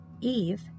Eve